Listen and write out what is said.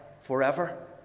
forever